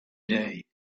day